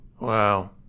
Wow